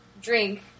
drink